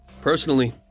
Personally